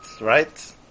right